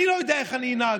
אני לא יודע איך אני אנהג.